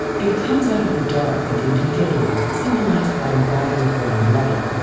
it comes out of the dark and into daylight, symbolized by arrival at ground level.